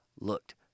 looked